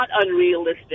unrealistic